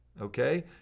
Okay